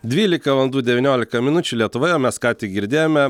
dvylika valandų devyniolika minučių lietuvoje mes ką tik girdėjome